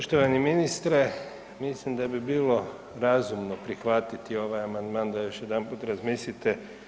Poštovani ministre, mislim da bi bilo razumno prihvatiti ovaj amandman da još jedanput razmislite.